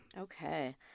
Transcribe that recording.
Okay